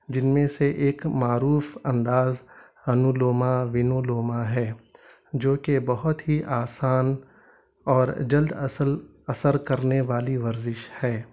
جن میں سے ایک معروف انداز انولومہ ونولومہ ہے جوکہ بہت ہی آسان اور جلد اصل اثر کرنے والی ورزش ہے